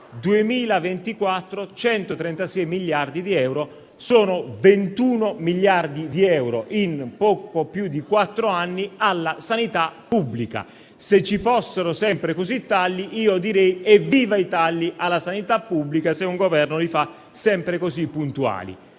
2024, 136 miliardi di euro; sono 21 miliardi di euro in poco più di quattro anni alla sanità pubblica. Se ci fossero sempre tagli così, direi evviva i tagli alla sanità pubblica, se un Governo li facesse sempre tanto puntuali.